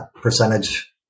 percentage